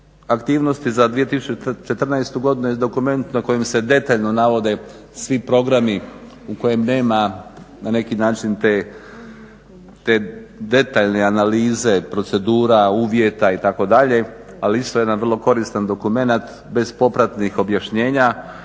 aktivnosti za 2014.godinu jest dokument na kojem se detaljno navode svi programi u kojem nema na neki način te detaljne analize, procedura, uvjeta itd. ali isto jedan vrlo koristan dokumenat bez popratnih objašnjenja.